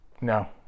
no